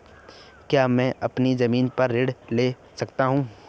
क्या मैं अपनी ज़मीन पर ऋण ले सकता हूँ?